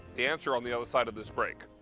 the answer on the other side of this break.